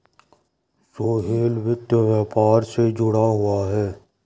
सोहेल वित्त व्यापार से जुड़ा हुआ है